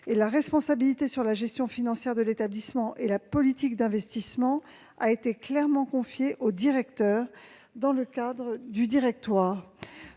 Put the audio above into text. La responsabilité de la gestion financière de l'établissement et de la politique d'investissement a été clairement confiée au directeur dans le cadre du directoire.